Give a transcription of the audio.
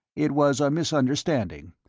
it was a misunderstanding.